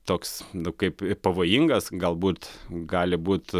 toks kaip pavojingas galbūt gali būt